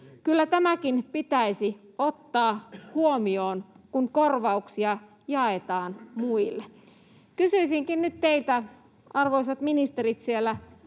Kyllä tämäkin pitäisi ottaa huomioon, kun korvauksia jaetaan muille.” Kysyisinkin nyt teiltä, arvoisat ministerit siellä